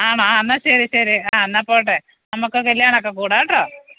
ആണോ ആ എന്നാൽ ശരി ശരി ആ എന്നാൽ പോട്ടെ നമുക്ക് കല്യാണം ഒക്കെ കൂടാട്ടോ